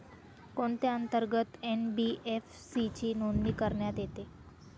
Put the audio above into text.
कोणत्या अंतर्गत एन.बी.एफ.सी ची नोंदणी करण्यात येते?